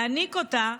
להיניק אותה,